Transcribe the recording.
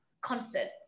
constant